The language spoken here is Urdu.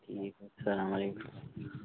ٹھیک ہے السّلام علیکم